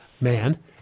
man